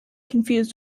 confused